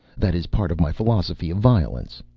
that is part of my philosophy of violence,